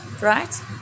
right